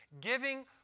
giving